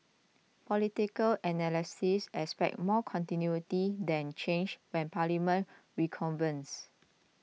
political analysts expect more continuity than change when Parliament reconvenes